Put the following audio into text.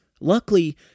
Luckily